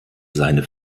seine